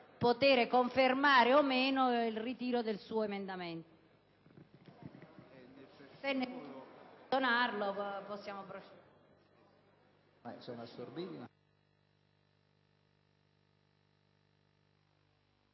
poter confermare o no il ritiro dell'emendamento